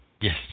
Yes